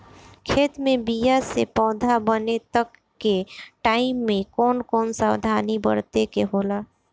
खेत मे बीया से पौधा बने तक के टाइम मे कौन कौन सावधानी बरते के होला?